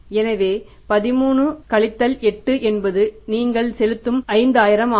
எனவே 13 8 என்பது நீங்கள் செலுத்தும் 5000 ஆகும்